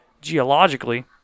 geologically